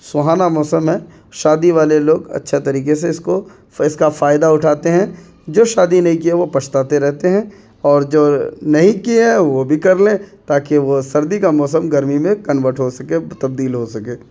سہانا موسم ہے شادی والے لوگ اچھا طریقے سے اس کو اس کا فائدہ اٹھاتے ہیں جو شادی نہیں کیے وہ پچھتاتے رہتے ہیں اور جو نہیں کیے ہیں وہ بھی کر لیں تاکہ وہ سردی کا موسم گرمی میں کنوٹ ہو سکے تبدیل ہو سکے